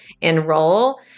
enroll